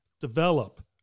develop